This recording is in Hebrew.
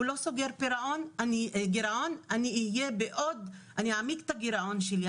הוא לא סוגר גירעון, אני אעמיק את הגירעון שלי.